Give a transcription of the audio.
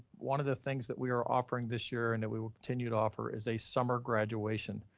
one of the things that we are offering this year and that we will continue to offer is a summer graduation.